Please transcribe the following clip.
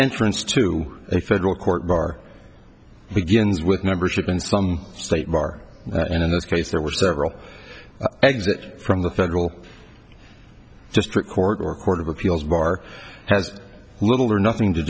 entrance to a federal court bar begins with membership in some state bar and in this case there were several exit from the federal district court or court of appeals bar has little or nothing to